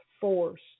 force